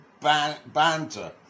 banter